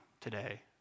today